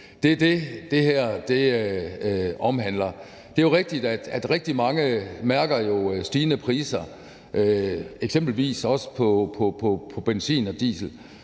Det er det, som det her omhandler. Det er rigtigt, at rigtig mange jo mærker stigende priser eksempelvis også på benzin og diesel.